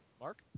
Mark